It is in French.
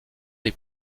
les